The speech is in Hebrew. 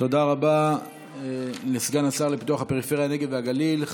תודה רבה לסגן השר לפיתוח הפריפריה, הנגב והגליל.